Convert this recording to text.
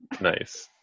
Nice